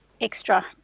extra